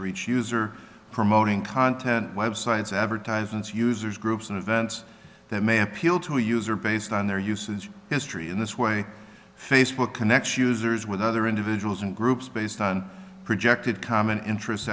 for each user promoting content websites advertisements users groups and events that may appeal to a user based on their usage history in this way facebook connect users with other individuals and groups based on projected common interest